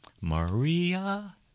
Maria